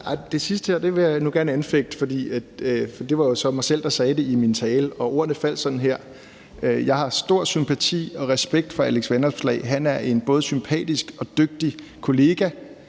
det sidste her vil jeg nu gerne anfægte, for det var jo så mig selv, der sagde det i min tale, og ordene faldt sådan her: Jeg har stor sympati og respekt for Alex Vanopslagh, han er en både sympatisk og dygtig kollega,